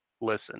listen